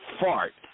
fart